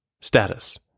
Status